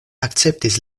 akceptis